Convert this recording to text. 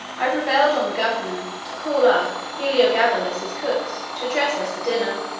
i prevailed on the governor to call up heliogabalus's cooks to dress us a dinner,